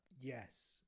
yes